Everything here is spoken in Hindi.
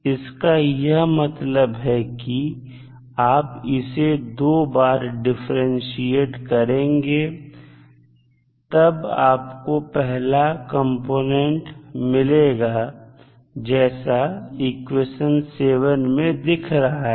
इसका यह मतलब है कि आप इसे दो बार डिफरेंटशिएट करेंगे तब आपको पहला कंपोनेंट मिलेगा जैसा इक्वेशन 7 में दिख रहा है